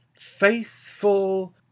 Faithful